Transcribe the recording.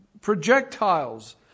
projectiles